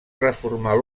reformar